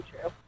true